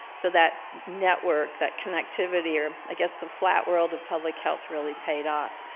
so that network, that connectivity or i guess the flat world of public health really paid off.